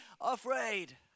afraid